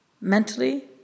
mentally